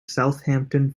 southampton